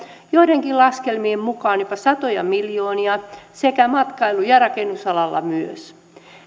joidenkin laskelmien mukaan jopa satoja miljoonia sekä matkailu ja rakennusalaan myös